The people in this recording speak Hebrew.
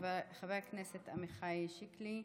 חבר הכנסת עמיחי שיקלי,